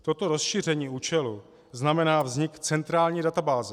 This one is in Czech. Toto rozšíření účelu znamená vznik centrální databáze.